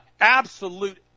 absolute